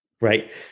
Right